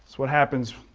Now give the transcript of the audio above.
what happens.